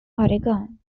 oregon